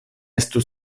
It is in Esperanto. estu